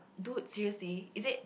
dude seriously is it